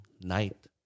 night